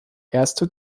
erste